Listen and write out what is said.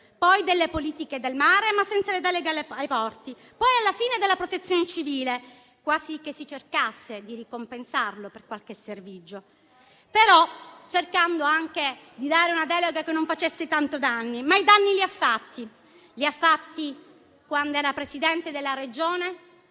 poi delle politiche del mare, ma senza le deleghe ai porti e poi, alla fine, della protezione civile: quasi che si cercasse di ricompensarlo per qualche servigio, cercando però anche di dargli una delega che non facesse tanti danni. Ma i danni li ha fatti. Li ha fatti quando era Presidente della Regione